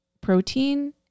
protein